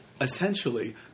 essentially